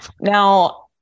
now